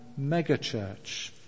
megachurch